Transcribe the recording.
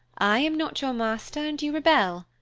i am not your master, and you rebel.